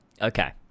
Okay